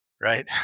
Right